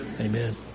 Amen